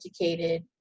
educated